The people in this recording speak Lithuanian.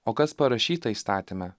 o kas parašyta įstatyme